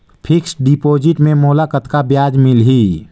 Fixed deposit मे मोला कतका ब्याज मिलही?